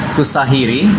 Kusahiri